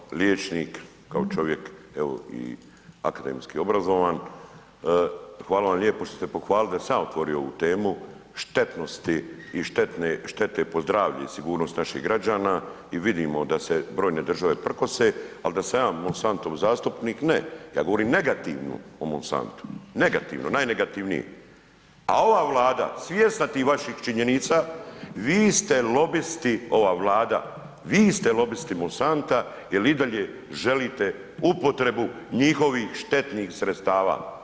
Vi kao liječnik, kao čovjek evo i akademski obrazovan, hvala vam lijepo što ste pohvalili da sam ja otvorio ovu temu štetnosti i štete po zdravlje i sigurnost naših građana i vidimo da se brojne države prkose, ali da sam ja Monsantov zastupnik ne, ja govorim negativno o Monsantu, negativno, najnegativnije, a ova Vlada svjesna tih vaših činjenica, vi ste lobisti, ova Vlada, vi ste lobisti Monsanta jer i dalje želite upotrebu njihovih štetnih sredstava.